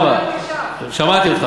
30 שנה,